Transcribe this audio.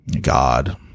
God